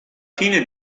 fine